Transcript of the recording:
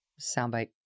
Soundbite